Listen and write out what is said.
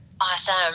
awesome